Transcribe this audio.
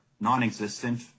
non-existent